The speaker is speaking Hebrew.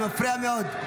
זה מפריע מאוד.